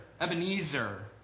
Ebenezer